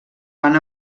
van